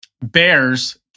Bears